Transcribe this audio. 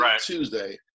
Tuesday